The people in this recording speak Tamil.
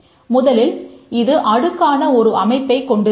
முதலில் இது அடுக்கான ஒரு அமைப்பைக் கொண்டிருக்கவில்லை